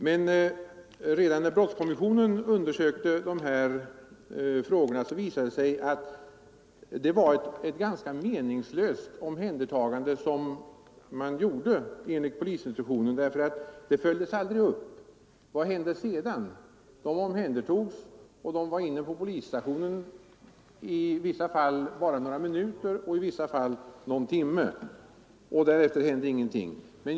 Men när brottskommissionen undersökte de här frågorna visade det sig att det var ett ganska meningslöst omhändertagande som gjordes enligt polisinstruktionen, för det följdes aldrig upp. Personer omhändertogs och var inne på polisstationen, i vissa fall bara några minuter och i vissa fall någon timme, och därefter hände ingenting.